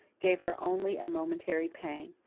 gave her only a momentary pang.